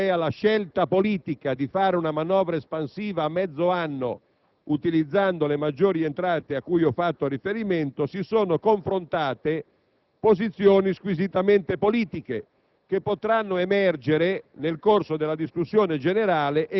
ma un disegno di legge. Sulla prima questione, quella relativa alla scelta politica di porre in essere una manovra espansiva a metà anno utilizzando le maggiori entrate cui ho fatto riferimento, si sono confrontate